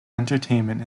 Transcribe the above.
entertainment